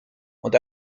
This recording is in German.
und